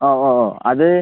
ആ ഓ ഓ അത്